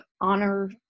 honor